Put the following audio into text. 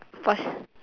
of course